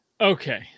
Okay